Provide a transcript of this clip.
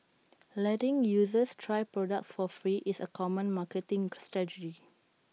letting users try products for free is A common marketing strategy